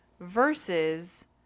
Versus